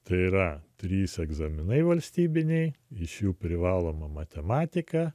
tai yra trys egzaminai valstybiniai iš jų privalomą matematiką